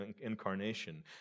incarnation